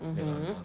mmhmm